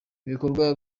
ibikorwa